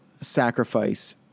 sacrifice